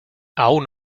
aún